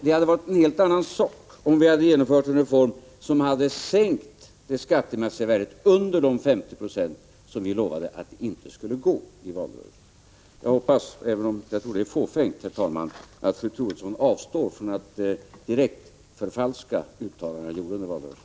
Det hade varit en helt annan sak, om vi hade genomfört en reform som hade sänkt det skattemässiga värdet under de 50 90 under vilka vi i valrörelsen lovade att det inte skulle gå. Herr talman! Jag hoppas, även om jag tror att det är fåfängt, att fru Troedsson avstår från att direkt förfalska uttalanden som jag gjorde under valrörelsen.